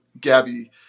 Gabby